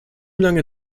lange